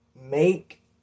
make